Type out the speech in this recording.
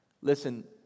Listen